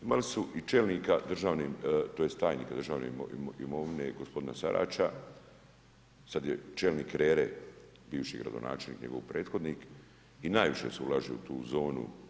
Imali su i čelnika državne, tj. tajnika državne imovine gospodina Sarača, sad je čelnik RERA-e bivši gradonačelnik, njegov prethodnik i najviše se ulaže u tu zonu.